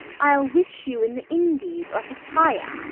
i'll wish you in the indies, or cata ya,